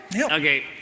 Okay